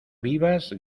vivas